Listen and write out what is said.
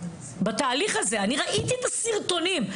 אני ראיתי את הסרטונים.